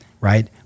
right